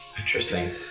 Interesting